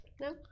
no